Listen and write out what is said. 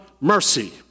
mercy